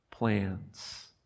plans